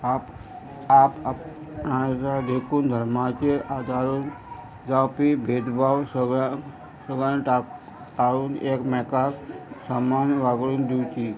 आप आप आप देखून धर्माचेर आदारून जावपी भेदभाव सगळ्यांक सगळ्यांक टा टाळून एकमेकाक सामान वागडून दिवची